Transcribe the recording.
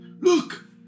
Look